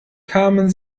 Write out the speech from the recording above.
kamen